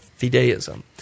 fideism